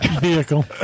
vehicle